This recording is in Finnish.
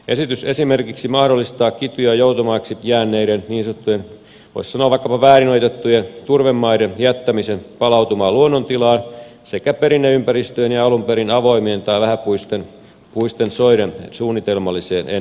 esitys esimerkiksi mahdollistaa kitu ja joutomaaksi jääneiden niin sanottujen voisi sanoa vaikkapa väärin ojitettujen turvemaiden jättämisen palautumaan luonnontilaan sekä perinneympäristöjen ja alun perin avoimien tai vähäpuisten soiden suunnitelmallisen ennallistamisen